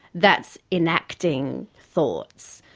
that's enacting thoughts.